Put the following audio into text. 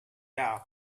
down